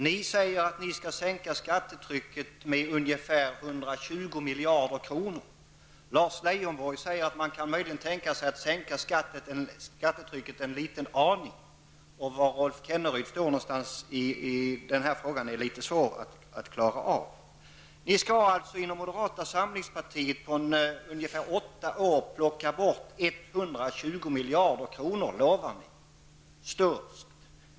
Ni moderater säger att ni skall sänka skattetrycket med ca 120 miljarder kronor Lars Leijonborg säger att folkpartiet möjligen kan tänka sig att sänka skattetrycket en liten aning, och var Rolf Kenneryd står i den här frågan är litet svåra att klara ut. Ni inom moderata samlingspartiet lovar alltså sturskt att ni på ungefär åtta år skall plocka bort 120 miljarder kronor.